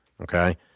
Okay